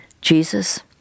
Jesus